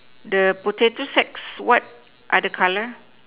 the potato sacks what are the color